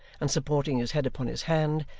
and supporting his head upon his hand,